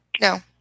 no